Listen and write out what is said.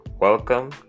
welcome